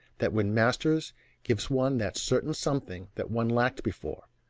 that when mastered gives one that certain something that one lacked before,